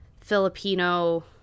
Filipino